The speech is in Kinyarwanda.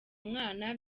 umwana